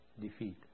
defeat